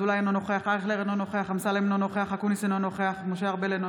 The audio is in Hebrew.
אינה נוכחת רם בן ברק,